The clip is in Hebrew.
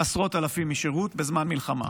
עשרות אלפים משירות בזמן מלחמה,